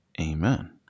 Amen